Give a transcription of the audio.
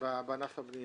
בענף הבנייה.